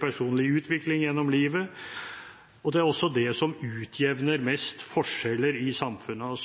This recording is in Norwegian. personlig utvikling gjennom livet, og det er også det som mest utjevner forskjeller i samfunnet.